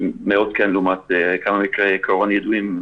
מאות לעומת כמה מקרי קורונה ידועים,